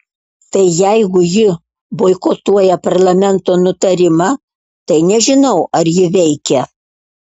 tai jeigu ji boikotuoja parlamento nutarimą tai nežinau ar ji veikia